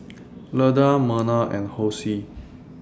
Leda Merna and Hosea